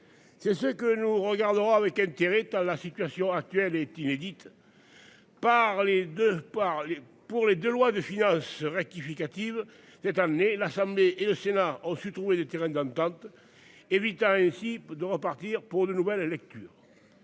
C'est ce que nous regarderons avec intérêt à la situation actuelle est inédite. Par les deux par les pour les 2 lois de finances rectificative. Cette année l'Assemblée et le Sénat ont su trouver des terrains d'entente. Évitant ainsi de repartir pour de nouvelles lecture.